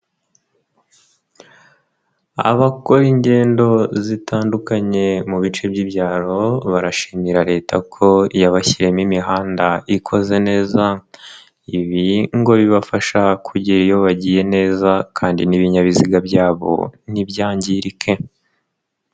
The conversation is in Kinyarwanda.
Abakora ingendo zitandukanye mu bice by'ibyaro, barashimira leta ko yabashyimo imihanda ikoze neza. Ibi ngo bibafasha kugera iyo bagiye neza kandi n'ibinyabiziga byabo ntibyangirike.